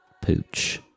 pooch